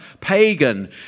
pagan